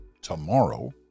tomorrow